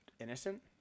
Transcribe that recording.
innocent